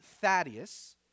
Thaddeus